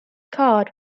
card